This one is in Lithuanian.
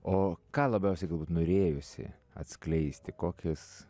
o ką labiausiai galbūt norėjosi atskleisti kokias